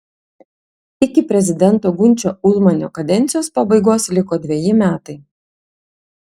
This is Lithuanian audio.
iki prezidento gunčio ulmanio kadencijos pabaigos liko dveji metai